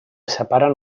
separen